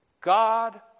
God